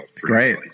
Great